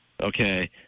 okay